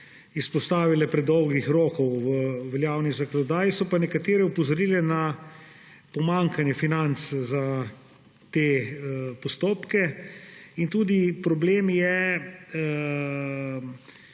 izpostavile predolgih rokov v veljavni zakonodaji, so pa nekatere opozorile na pomanjkanje financ za te postopke in problem je